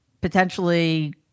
potentially